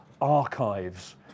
archives